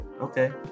okay